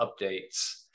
updates